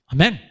Amen